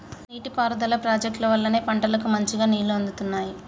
నీటి పారుదల ప్రాజెక్టుల వల్లనే పంటలకు మంచిగా నీళ్లు అందుతున్నాయి